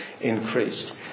increased